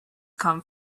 come